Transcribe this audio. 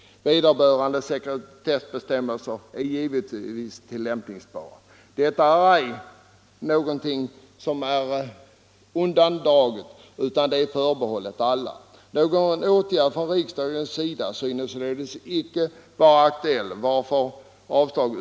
Vederbörliga sekretessbestämmelser är givetvis tillämpningsbara. Det är alltså öppet för alla att kunna ta del av dessa handlingar och någon åtgärd från riksdagens sida synes icke vara aktuell.